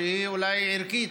שהיא אולי ערכית,